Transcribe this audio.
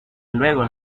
luego